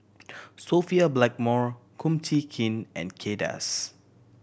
Sophia Blackmore Kum Chee Kin and Kay Das